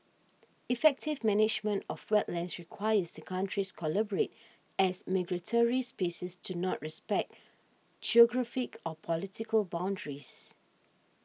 effective management of wetlands requires the countries collaborate as migratory species do not respect geographic or political boundaries